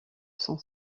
son